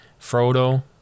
Frodo